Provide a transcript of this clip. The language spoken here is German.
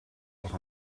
auch